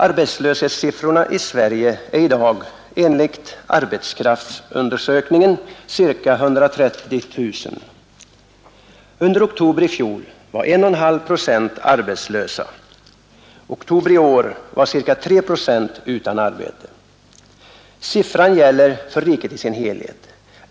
Arbetslöshetssiffrorna i Sverige är i dag enligt arbetskraftsundersökningen ca 130 000. Under oktober i fjol var 1,5 procent arbetslösa, under oktober i år var ca 3 procent utan arbete. Siffran gäller för riket i dess helhet.